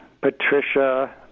Patricia